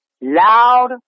loud